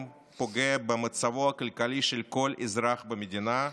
פוגע במצבו הכלכלי של כל אזרח במדינה,